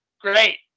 Great